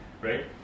right